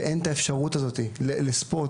ואין את האפשרות לספורט,